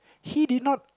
he did not